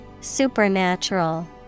Supernatural